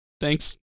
Thanks